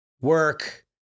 work